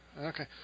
Okay